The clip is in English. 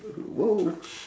!wow!